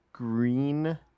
Green